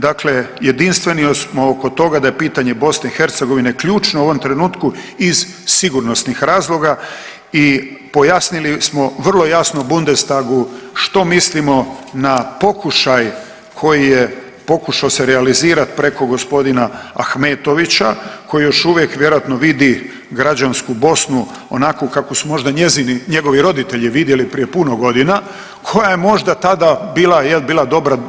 Dakle, jedinstveni smo oko toga da je pitanje Bosne i Hercegovine ključno u ovom trenutku iz sigurnosnih razloga i pojasnili smo vrlo jasno Bundestagu što mislimo na pokušaj koji je pokušao se realizirati preko gospodina Ahmetovića koji još uvijek vjerojatno vidi građansku Bosnu onakvu kakvu su možda njegovi roditelji vidjeli prije puno godina, koja je možda tada bila dobra.